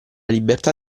libertà